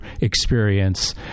experience